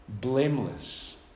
Blameless